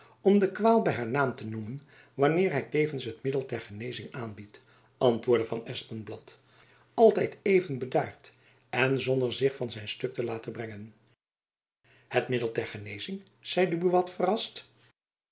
om de kwaal by haar naam te noemen wanneer hy tevens het middel ter genezing aanbiedt antwoordde van espenblad altijd even bedaard en zonder zich van zijn stuk te laten brengen het middel ter genezing zeide buat verrast